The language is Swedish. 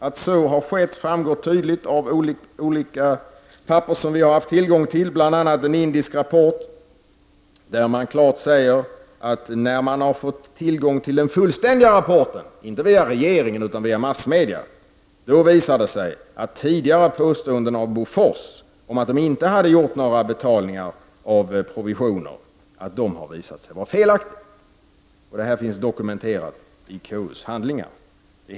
Att så skett framgår tydligt av det material som utskottet fått tillgång till, bl.a. en indisk rapport där det klart sägs att det efter det att man via massmedia — inte via regeringen — fått tillgång till en fullständig rapport visar sig att tidigare påståenden från Bofors om att Bofors inte hade gjort några utbetalningar av provisioner var felaktiga. Detta finns dokumenterat i KUs handlingar.